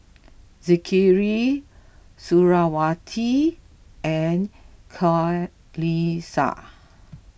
Zikri Suriawati and Qalisha